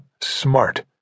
smart